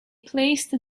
placed